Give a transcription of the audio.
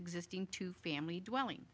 existing two family dwelling